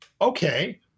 Okay